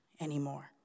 anymore